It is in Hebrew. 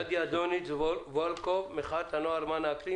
נדיה דוניץ וולקוב ממחאת הנוער למען האקלים,